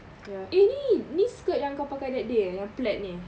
ya eh ni ni skirt yang kau pakai that day eh yang plaid ni